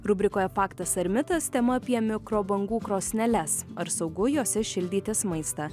rubrikoje faktas ar mitas tema apie mikrobangų krosneles ar saugu jose šildytis maistą